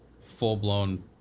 full-blown